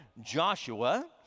Joshua